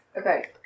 Okay